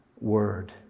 word